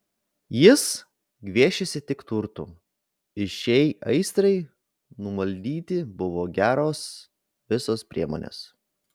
jis gviešėsi tik turtų ir šiai aistrai numaldyti buvo geros visos priemonės